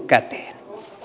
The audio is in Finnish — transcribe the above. käteen